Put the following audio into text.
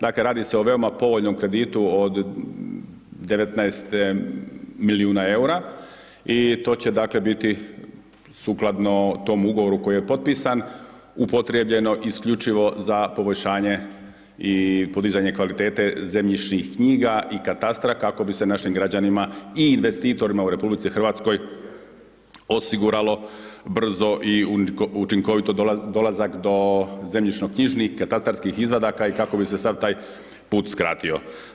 Dakle radi se o veoma povoljnom kreditu od 19 milijuna eura i to će dakle biti sukladno tom ugovoru koji je potpisan, upotrjebljeno isključivo za poboljšanje i podizanje kvalitete zemljišnih knjiga i katastra kako bi se našim građanima i investitorima u RH osiguralo brzo i učinkovito dolazak do zemljišno-knjižnih katastarskih izvadaka i kako bi se sad taj put skratio.